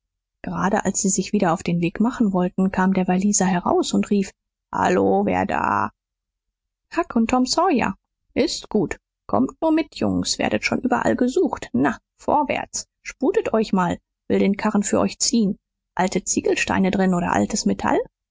gerade als sie sich wieder auf den weg machen wollten kam der walliser heraus und rief hallo wer da huck und tom sawyer s ist gut kommt nur mit jungens werdet schon überall gesucht na vorwärts sputet euch mal will den karren für euch ziehen alte ziegelsteine drin oder altes metall